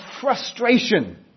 frustration